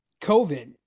COVID